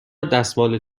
دستمال